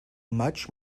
much